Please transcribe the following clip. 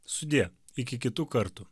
sudie iki kitų kartų